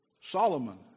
Solomon